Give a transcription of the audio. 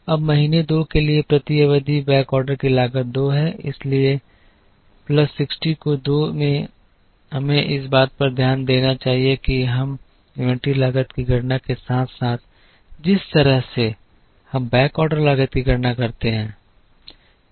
अब महीने दो के लिए प्रति अवधि बैकऑर्डर की लागत 2 है इसलिए प्लस 60 को 2 में हमें इस बात पर ध्यान देना चाहिए कि हम इन्वेंट्री लागत की गणना के साथ साथ जिस तरह से हम बैकऑर्डर लागत की गणना करते हैं